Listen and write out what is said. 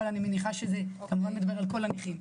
אבל אני מניחה שזה גם לא מדבר על כל הנכים,